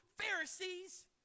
Pharisees